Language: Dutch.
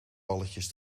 balletjes